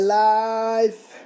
life